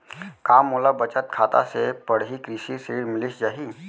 का मोला बचत खाता से पड़ही कृषि ऋण मिलिस जाही?